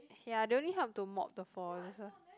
ya I don't need help to mop the floor and this one